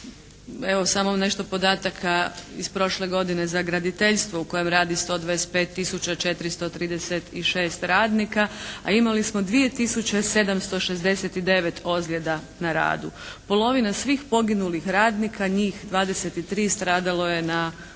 evo samo nešto podataka iz prošle godine za graditeljstvo u kojem radi 125 tisuća 436 radnika, a imali smo 2 tisuće 769 ozljeda na radu. Polovina svih poginulih radnika, njih 23, stradalo je na